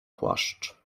płaszcz